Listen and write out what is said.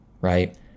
right